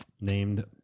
named